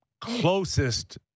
closest